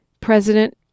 President